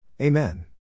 Amen